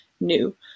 new